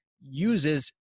uses